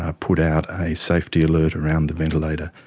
ah put out a safety alert around the ventilator,